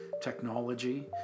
technology